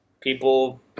people